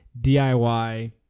DIY